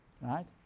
right